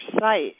site